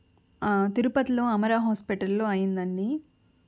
తిరుపతిలో అమరా హాస్పిటల్లో అయిందండి